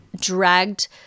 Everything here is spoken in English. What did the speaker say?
dragged